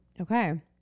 Okay